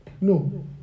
No